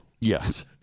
Yes